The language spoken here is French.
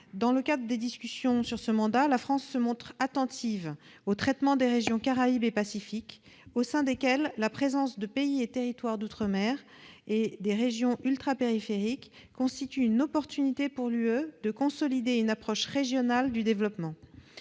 Dans le cadre des discussions sur ce mandat, la France se montre attentive au traitement des régions Caraïbes et Pacifique, au sein desquelles la présence de pays et territoires d'outre-mer et de régions ultrapériphériques constitue une opportunité pour l'UE de consolider une approche régionale du développement.